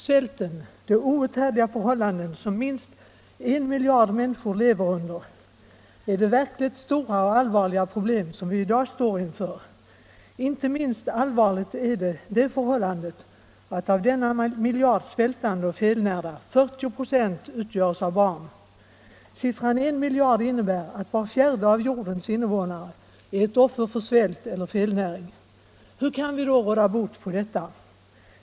Svälten, de outhärdliga förhållanden som minst en miljard människor lever under är det verkligt stora och allvarliga problem som vi i dag står inför. Inte minst allvarligt är det förhållandet att av denna miljard svältande och felnärda 40 96 utgöres av barn. Siffran en miljard innebär att var fjärde av jordens invånare är ett offer för svält eller felnäring. Hur kan vi då råda bot på detta?